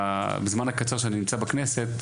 בזמן הקצר שאני נמצא בכנסת,